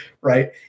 right